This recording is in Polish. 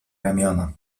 ramiona